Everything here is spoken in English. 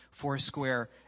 Foursquare